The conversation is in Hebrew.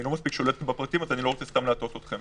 אני לא מספיק שולט בפרטים אז אני לא רוצה סתם להטעות אתכם.